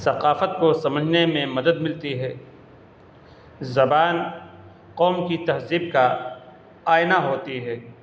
ثقافت کو سمجھنے میں مدد ملتی ہے زبان قوم کی تہذیب کا آئینہ ہوتی ہے